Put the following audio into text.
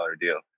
deal